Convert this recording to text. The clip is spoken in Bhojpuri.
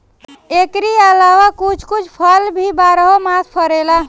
एकरी अलावा कुछ कुछ फल भी बारहो मास फरेला